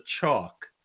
chalk